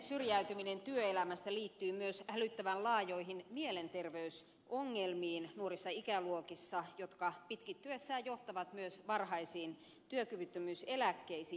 syrjäytyminen työelämästä liittyy nuorissa ikäluokissa myös hälyttävän laajoihin mielenterveysongelmiin jotka pitkittyessään johtavat myös varhaisiin työkyvyttömyyseläkkeisiin